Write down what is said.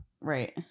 Right